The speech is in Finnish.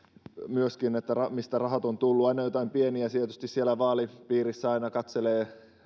myöskin mistä rahat ovat tulleet aina jotain pientä on tietysti siellä vaalipiirissä aina katselee